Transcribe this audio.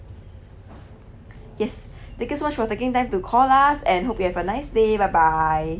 yes thank you so much taking time to call us and hope you have a nice day bye bye